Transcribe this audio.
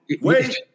Wait